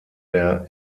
der